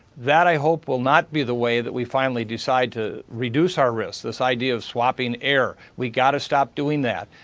that i hope will not be the way we finally decide to reduce our risk, this idea of swapping air. we've got to stop doing that.